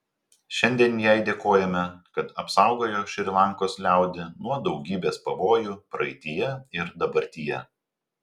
šiandien jai dėkojame kad apsaugojo šri lankos liaudį nuo daugybės pavojų praeityje ir dabartyje